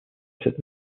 cette